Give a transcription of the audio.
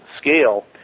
scale